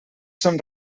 són